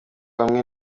hamwe